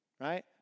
Right